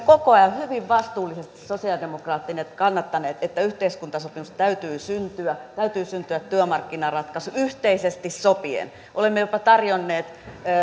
koko ajan toiminut hyvin vastuullisesti sosialidemokraatit ovat kannattaneet että yhteiskuntasopimus täytyy syntyä täytyy syntyä työmarkkinaratkaisu yhteisesti sopien olemme jopa tarjonneet